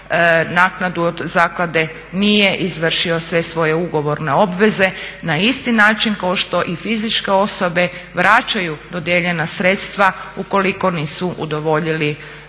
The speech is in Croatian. naknadu od zaklade nije izvršio sve svoje ugovorne obveze na isti način kao što i fizičke osobe vraćaju dodijeljena sredstva ukoliko nisu udovoljili danim